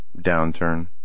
downturn